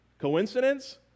Coincidence